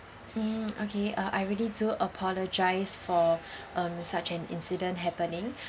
mm okay uh I really do apologise for um such an incident happening